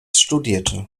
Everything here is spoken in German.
studierte